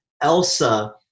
Elsa